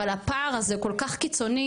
אבל הפער הזה כל כך קיצוני,